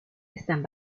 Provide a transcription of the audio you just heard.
están